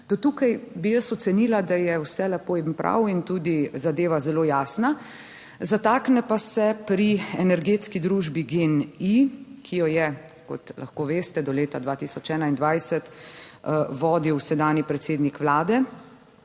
tukaj bi jaz ocenila, da je vse lepo in prav in tudi zadeva zelo jasna, zatakne pa se pri energetski družbi GEN-I, ki jo je, kot lahko veste, do leta 2021 vodil sedanji predsednik Vlade.